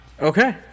Okay